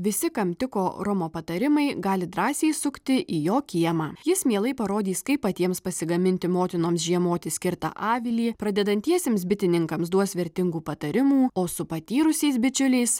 visi kam tiko romo patarimai gali drąsiai sukti į jo kiemą jis mielai parodys kaip patiems pasigaminti motinoms žiemoti skirtą avilį pradedantiesiems bitininkams duos vertingų patarimų o su patyrusiais bičiuliais